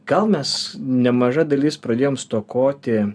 gal mes nemaža dalis pradėjom stokoti